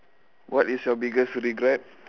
what is your biggest regret